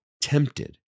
tempted